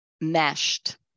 meshed